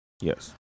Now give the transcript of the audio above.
Yes